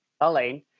elaine